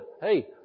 hey